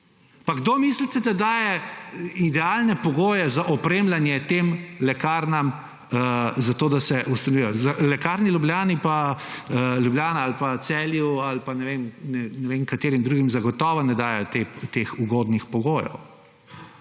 kdo mislite, da daje idealne pogoje za opremljanje tem lekarnam, zato da se ustanovijo?! Lekarni Ljubljana ali pa Celju ali pa ne vem, katerim drugim, zagotovo ne dajejo teh ugodnih pogojev.